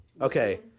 Okay